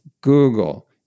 Google